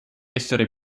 essere